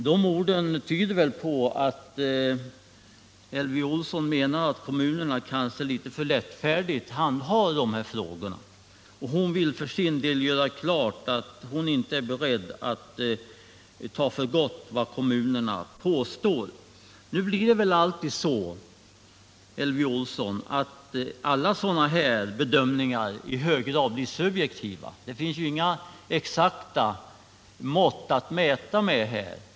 De orden tyder väl på att bostadsministern menar att kommunerna kanske litet för lättfärdigt handhar dessa frågor? Bostadsministern vill för sin del göra klart att hon inte är beredd att ta för gott vad kommunerna påstår. Men, Elvy Olsson, alla sådana här bedömningar blir väl alltid i hög grad subjektiva. Det finns ju inga exakta mått att tillgå här.